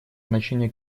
значение